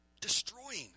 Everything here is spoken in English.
destroying